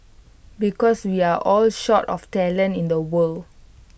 because we are all short of talent in the world